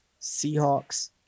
Seahawks